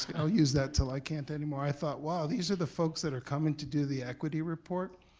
i'll use that til i can't anymore. i thought, wow, these are the folks that are coming to do the equity report,